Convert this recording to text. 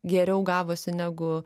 geriau gavosi negu